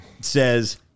says